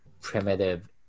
primitive